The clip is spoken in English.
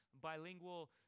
bilingual